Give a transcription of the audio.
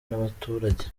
n’abaturage